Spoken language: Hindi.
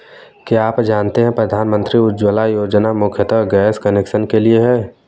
क्या आप जानते है प्रधानमंत्री उज्ज्वला योजना मुख्यतः गैस कनेक्शन के लिए है?